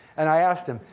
and i asked him,